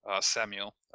Samuel